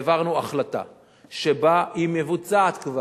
העברנו החלטה שבה, היא כבר מבוצעת.